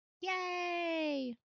Yay